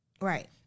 Right